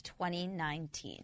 2019